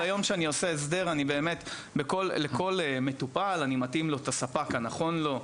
היום כשאני עושה הסדר לכל מטופל אני מתאים את הספק הנכון לו.